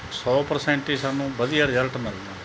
ਸੌ ਪਰਸੈਂਟ ਹੀ ਸਾਨੂੰ ਵਧੀਆ ਰਿਜਲਟ ਮਿਲਦਾ